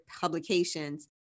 publications